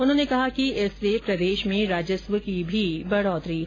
उन्होंने कहा कि इससे प्रदेश में राजस्व की भी बढ़ोतरी होगी